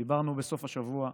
דיברנו בסוף השבוע.